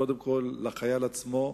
קודם כול לחייל עצמו,